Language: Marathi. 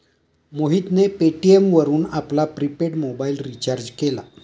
मोहितने पेटीएम वरून आपला प्रिपेड मोबाइल रिचार्ज केला